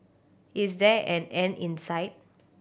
is there an end in sight